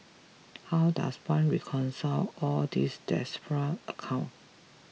how does one reconcile all these disparate account